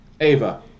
Ava